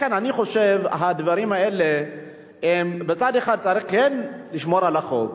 לכן אני חושב שמצד אחד כן צריך לשמור על החוק,